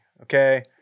Okay